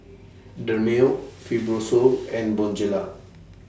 Dermale Fibrosol and Bonjela